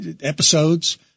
episodes